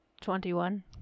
Twenty-one